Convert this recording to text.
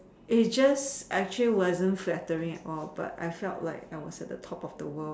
it just actually wasn't flattering but I felt like I was on top of the world